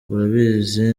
urabizi